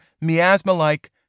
miasma-like